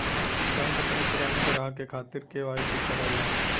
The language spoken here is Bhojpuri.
बैंक अपने पुराने ग्राहक के खातिर के.वाई.सी करला